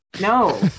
No